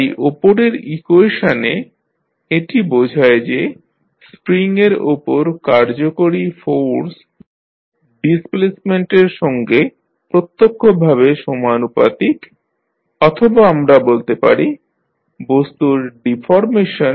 তাই ওপরের ইকুয়েশনে এটি বোঝায় যে স্প্রিং এর ওপর কার্যকরী ফোর্স ডিসপ্লেসমেন্টের সঙ্গে প্রত্যক্ষভাবে সমানুপাতিক অথবা আমরা বলতে পারি বস্তুর ডিফরমেশান